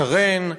שרן,